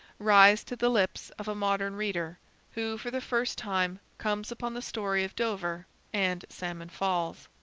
rise to the lips of a modern reader who for the first time comes upon the story of dover and salmon falls.